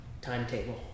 timetable